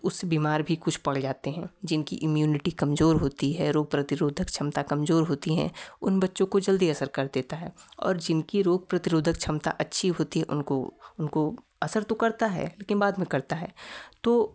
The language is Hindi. तो उस बीमार भी कुछ पड़ जाते हैं जिनकी इम्यूनिटी कमजोर होती है रोग प्रतिरोधक क्षमता कमजोर होती है उन बच्चों को जल्दी असर कर देता है और जिनकी रोग प्रतिरोधक क्षमता अच्छी होती है उनको उनको असर तो करता है लेकिन बाद में करता है तो